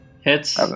Hits